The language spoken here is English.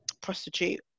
prostitute